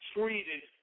Treated